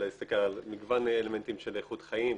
אלא להסתכל על מגוון אלמנטים של איכות חיים.